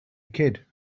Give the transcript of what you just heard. kid